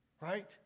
Right